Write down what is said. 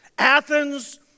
Athens